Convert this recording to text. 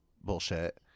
bullshit